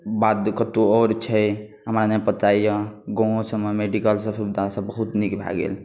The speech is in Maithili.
बाद कतहु आओर छै हमरा नहि पता यए गाँवोसभमे मेडिकलसभ सुविधासभ बहुत नीक भए गेल